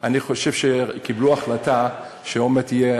אני חושב שקיבלו החלטה שעוד מעט יהיה,